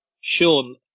Sean